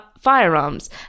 firearms